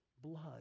blood